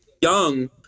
young